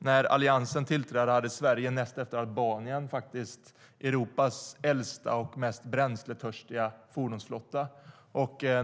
När Alliansen tillträdde hade Sverige näst efter Albanien Europas äldsta och mest bränsletörstiga fordonsflotta.